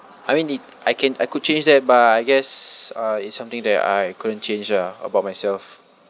I mean it I can I could change that but I guess uh it's something that I couldn't change ah about myself